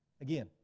Again